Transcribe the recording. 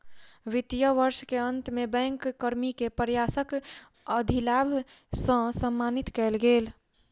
वित्तीय वर्ष के अंत में बैंक कर्मी के प्रयासक अधिलाभ सॅ सम्मानित कएल गेल